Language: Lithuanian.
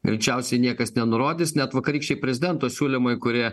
greičiausiai niekas nenurodys net vakarykščiai prezidento siūlymai kurie